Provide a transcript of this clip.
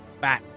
bye